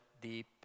deep